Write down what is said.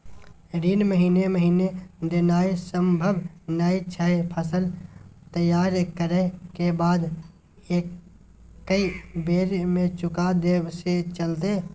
ऋण महीने महीने देनाय सम्भव नय छै, फसल तैयार करै के बाद एक्कै बेर में चुका देब से चलते?